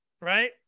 right